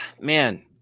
man